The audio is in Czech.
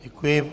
Děkuji.